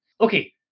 okay